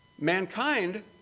mankind